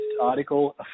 article